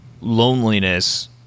loneliness